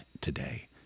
today